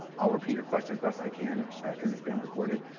i'll repeat your question as best i can because it's being recorded,